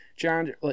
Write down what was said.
John